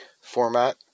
format